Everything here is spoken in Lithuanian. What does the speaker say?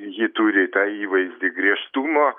ji turi tą įvaizdį griežtumo